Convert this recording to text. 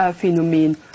Phänomen